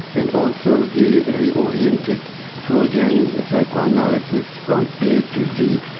and also he reoriented freudian psychoanalysis from a to z.